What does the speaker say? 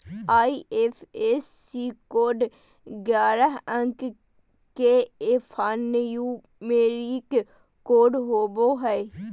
IFSC code ग्यारह अंक के एल्फान्यूमेरिक कोड होवो हय